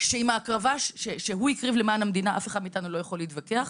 שעם ההקרבה שהוא הקריב למען המדינה אף אחד מאתנו לא יכול להתווכח,